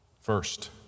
First